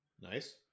Nice